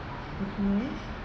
mmhmm